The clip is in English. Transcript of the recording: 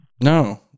no